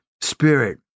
Spirit